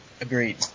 Agreed